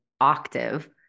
octave